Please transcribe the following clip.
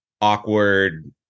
awkward